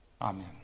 Amen